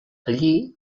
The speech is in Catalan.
allí